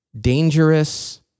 dangerous